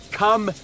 come